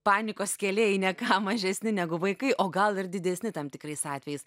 panikos kėlėjai ne ką mažesni negu vaikai o gal ir didesni tam tikrais atvejais